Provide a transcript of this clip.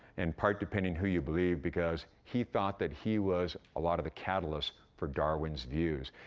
and part depending who you believe, because he thought that he was a lot of the catalyst for darwin's views,